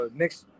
next